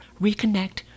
reconnect